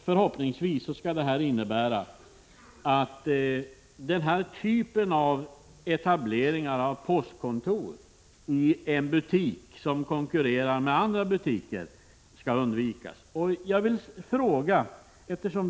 Förhoppningsvis innebär det att den här typen av etableringar av postkontor i butiker som konkurrerar med andra butiker skall kunna undvikas.